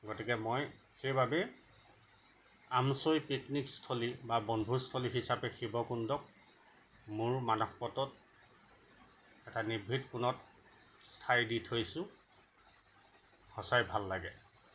গতিকে মই সেইবাবে আমছৈ পিকনিকস্থলী বা বনভোজস্থলী হিচাপে শিৱকুণ্ডক মোৰ মানসপটত এটা নিভৃত কোণত ঠাই দি থৈছোঁ সঁচাই ভাল লাগে